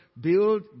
build